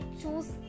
choose